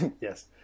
yes